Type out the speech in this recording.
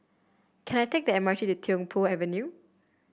can I take the M R T to Tiong Poh Avenue